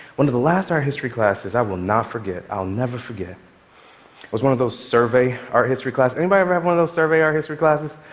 one of the last art history classes, i will not forget, i will never forget. it was one of those survey art history classes. anybody ever have one of those survey art history classes,